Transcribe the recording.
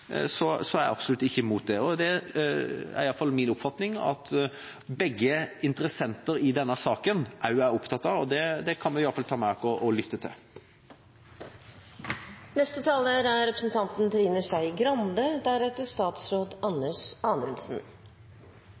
er jeg absolutt ikke imot det. Det er iallfall min oppfatning at begge interessenter i denne saken er opptatt av det, og det kan vi iallfall ta med oss og lytte til. Det å kjøpe bolig er